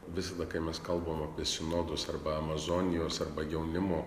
visada kai mes kalbam apie sinodus arba amazonijos arba jaunimo